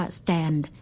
stand